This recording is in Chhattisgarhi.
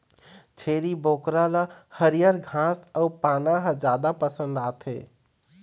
छेरी बोकरा ल हरियर घास अउ पाना ह जादा पसंद आथे